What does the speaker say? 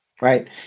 Right